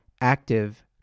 active